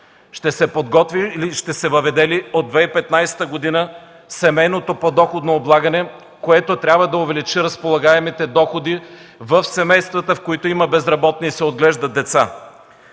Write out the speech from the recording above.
Ще се подготви ли и ще се въведе ли от 2015 г. семейното подоходно облагане, което трябва да увеличи разполагаемите доходи в семействата, където има безработни и се отглеждат деца?